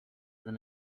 than